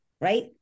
right